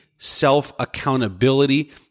self-accountability